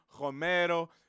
romero